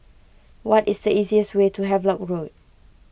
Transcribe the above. what is the easiest way to Havelock Road